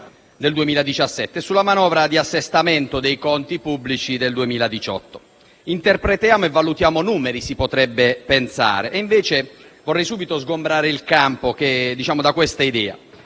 del 2017 e sulla manovra di assestamento dei conti pubblici del 2018. Interpretiamo e valutiamo numeri, si potrebbe pensare. E invece vorrei subito sgomberare il campo da questa idea.